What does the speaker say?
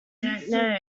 know